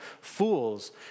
fools